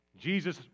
Jesus